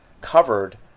covered